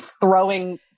throwing